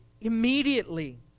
immediately